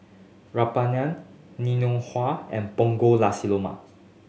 rempeyek Ngoh Hiang and Punggol Nasi Lemak